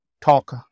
talk